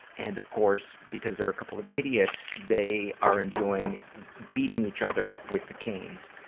and, of course, because they're a couple of idiots, they are enjoying beating each other with the canes.